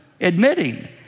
admitting